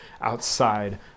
outside